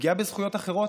ופגיעה בזכויות אחרות,